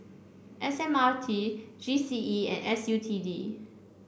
S M R T G C E and S U T D